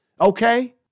Okay